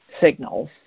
signals